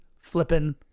Flippin